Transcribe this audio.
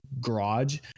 garage